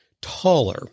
taller